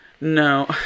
No